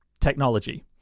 technology